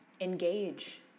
engage